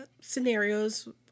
scenarios